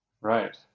Right